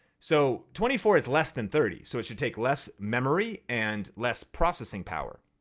so twenty four is less than thirty. so it should take less memory and less processing power.